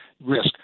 risk